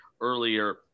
earlier